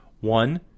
One